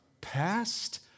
past